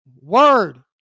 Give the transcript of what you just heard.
word